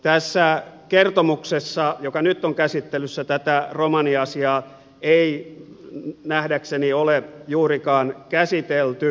tässä kertomuksessa joka nyt on käsittelyssä tätä romaniasiaa ei nähdäkseni ole juurikaan käsitelty